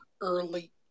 early